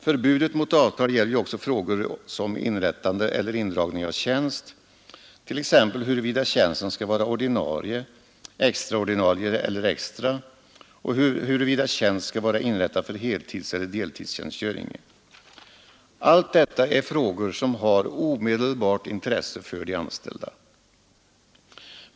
Förbudet mot avtal gäller ju också frågor som inrättande eller indragning av tjänst, t.ex. huruvida tjänsten skall vara ordinarie, extra ordinarie eller extra och huruvida tjänst skall vara inrättad för heltidseller deltidstjänstgöring. Allt detta är frågor som har omedelbart intresse för de anställda.